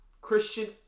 Christian